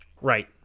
Right